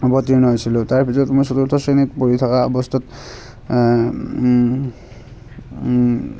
অৱতীৰ্ণ হৈছিলোঁ তাৰ ভিতৰত মই চতুৰ্থ শ্ৰেণীত পঢ়ি থকা অৱস্থাত